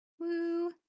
Woo